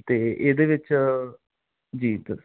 ਅਤੇ ਇਹਦੇ ਵਿੱਚ ਗੀਜਰ